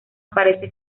aparece